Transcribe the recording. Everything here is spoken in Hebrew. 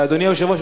ואדוני היושב-ראש,